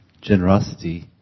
generosity